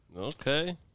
okay